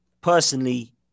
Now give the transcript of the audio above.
personally